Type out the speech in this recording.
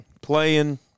Playing